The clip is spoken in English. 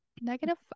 negative